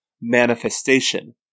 manifestation